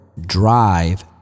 drive